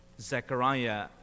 Zechariah